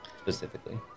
specifically